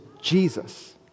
Jesus